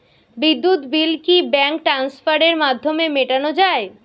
বিদ্যুৎ বিল কি ব্যাঙ্ক ট্রান্সফারের মাধ্যমে মেটানো য়ায়?